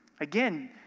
Again